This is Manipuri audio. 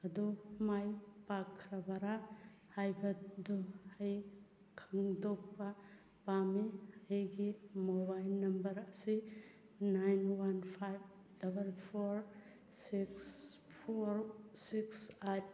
ꯑꯗꯨ ꯃꯥꯏ ꯄꯥꯛꯈ꯭ꯔꯕꯔꯥ ꯍꯥꯏꯕꯗꯨ ꯑꯩ ꯈꯪꯗꯣꯛꯄ ꯄꯥꯝꯏ ꯑꯩꯒꯤ ꯃꯣꯕꯥꯏꯜ ꯅꯝꯕꯔ ꯑꯁꯤ nine one five double four six four six eight